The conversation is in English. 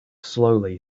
slowly